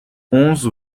onze